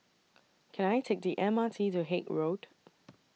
Can I Take The M R T to Haig Road